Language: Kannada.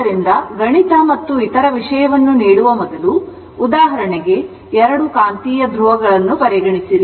ಆದ್ದರಿಂದ ಗಣಿತ ಮತ್ತು ಇತರ ವಿಷಯವನ್ನು ನೀಡುವ ಮೊದಲು ಉದಾಹರಣೆಗೆ ಎರಡು ಕಾಂತೀಯ ಧ್ರುವವನ್ನು ಪರಿಗಣಿಸಿರಿ